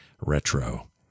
retro